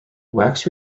wax